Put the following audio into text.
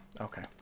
okay